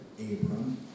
Abram